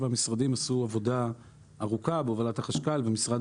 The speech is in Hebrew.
והמשרדים עשו עבודה ארוכה בהובלת החשכ"ל ומשרד